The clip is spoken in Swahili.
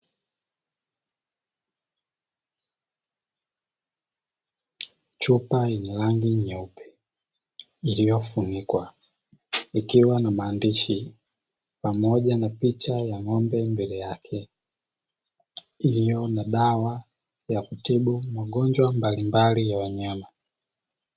Chupa yenye rangi nyeupe iliyofunikwa, ikiwa na maandishi pamoja na picha ya ng’ombe mbele yake. Hii ni dawa ya kutibu magonjwa mbalimbali ya wanyama.